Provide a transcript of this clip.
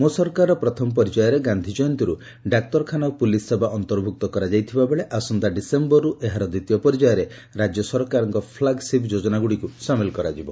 ମୋ ସରକାରର ପ୍ରଥମ ପର୍ଯ୍ୟାୟରେ ଗାନ୍ଧି ଜୟନ୍ତୀରୁ ଡାକ୍ତରଖାନା ଓ ପୁଲିସ୍ ସେବା ଅନ୍ତଭ୍ଭୁକ୍ତ କରାଯାଇଥିବା ବେଳେ ଆସନ୍ତା ଡିସେମ୍ଟରରୁ ଏହାର ଦିତୀୟ ପର୍ଯ୍ୟାୟରେ ରାଜ୍ୟ ସରକାରଙ୍କ ପ୍ଲୁଗ୍ସିପ୍ ଯୋଜନାଗୁଡ଼ିକୁ ସାମିଲ କରାଯିବ